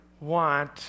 want